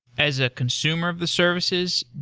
as a consumer of the services,